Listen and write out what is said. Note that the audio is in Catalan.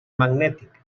magnètic